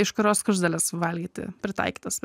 iš kurio skruzdėles valgyti pritaikytas